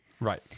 Right